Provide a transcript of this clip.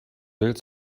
bild